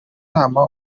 inama